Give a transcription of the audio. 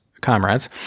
comrades